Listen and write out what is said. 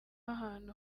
ahantu